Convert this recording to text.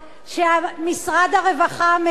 שמשרד הרווחה מכיר